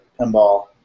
pinball